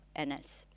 NS